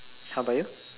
how about you